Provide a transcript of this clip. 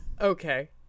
Okay